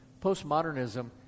Postmodernism